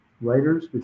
writers